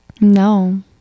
No